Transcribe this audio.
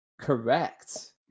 Correct